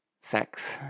sex